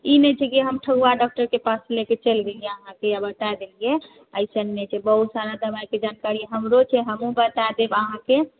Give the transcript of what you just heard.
ई नहि छै कि हम डॉक्टर के पास लऽ के चलि गेलियै अहाँकेॅं आ बताए देलियै अइसन नहि छै बहुत सारा दबाइ के जानकारी हमरो छै हमहूँ बताए देब अहाँकेॅं